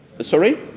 Sorry